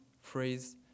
phrase